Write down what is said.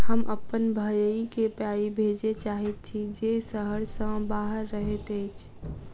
हम अप्पन भयई केँ पाई भेजे चाहइत छि जे सहर सँ बाहर रहइत अछि